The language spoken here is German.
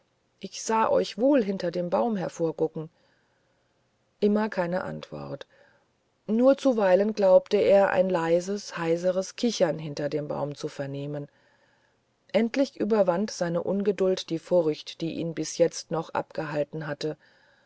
ich sah euch wohl hinter dem baum hervorgucken immer keine antwort nur zuweilen glaubte er ein leises heiseres kichern hinter dem baum zu vernehmen endlich überwand seine ungeduld die furcht die ihn bis jetzt noch abgehalten hatte